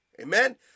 Amen